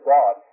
God